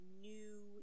new